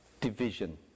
division